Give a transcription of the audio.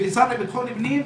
והשר לביטחון הפנים,